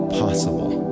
possible